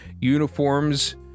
uniforms